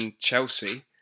Chelsea